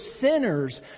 sinners